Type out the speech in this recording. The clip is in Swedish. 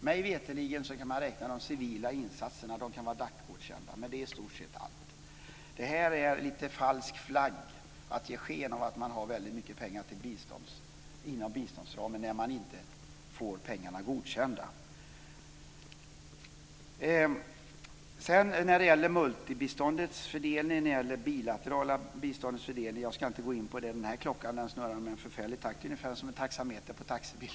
Mig veterligen kan man räkna de civila insatserna. De kan vara DAC-godkända, men det är i stort sett allt. Det är lite falskt att ge sken av att man har väldigt mycket pengar inom biståndsramen när man inte får pengarna godkända. Sedan handlar det om det multilaterala biståndets fördelning och det bilaterala biståndets fördelning. Jag ska inte gå in på detta - den här klockan snurrar i en förfärlig takt, ungefär som en taxameter i en taxibil.